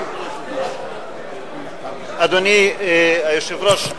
אדוני היושב-ראש,